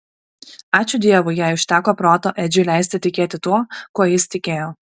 ačiū dievui jai užteko proto edžiui leisti tikėti tuo kuo jis tikėjo